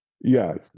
yes